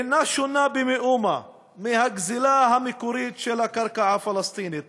אינה שונה במאומה מהגזלה המקורית של הקרקע הפלסטינית.